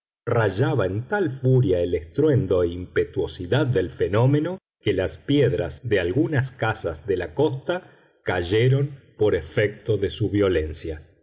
rayaba en tal furia el estruendo e impetuosidad del fenómeno que las piedras de algunas casas de la costa cayeron por efecto de su violencia